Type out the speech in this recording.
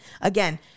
Again